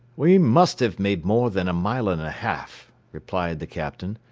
we must have made more than a mile and a half, replied the captain.